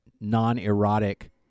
non-erotic